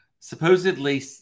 supposedly